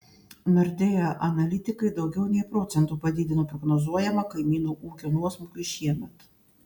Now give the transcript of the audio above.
nordea analitikai daugiau nei procentu padidino prognozuojamą kaimynų ūkio nuosmukį šiemet